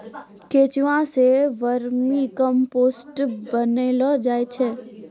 केंचुआ सें vermicompost बनैलो जाय छै